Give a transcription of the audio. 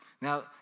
Now